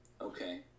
Okay